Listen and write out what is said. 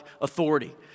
authority